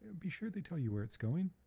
be sure they tell you where it's going.